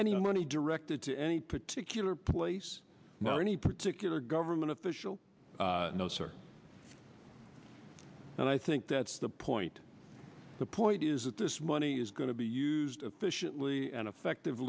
any money directed to any particular place now any particular government official no sir and i think that's the point the point is that this money is going to be used efficiently and effective